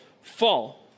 fall